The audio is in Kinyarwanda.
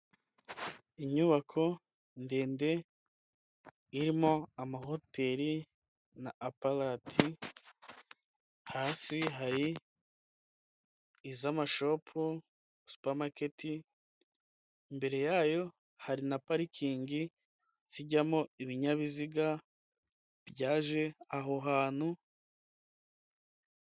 Inyubako ndende irimo amahoteri na aparati, hasi hari iz'amashopu, supamaketi. Imbere yayo hari na parikingi zijyamo ibinyabiziga byaje aho hantu.